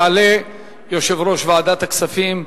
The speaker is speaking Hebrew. יעלה יושב-ראש ועדת הכספים,